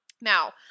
Now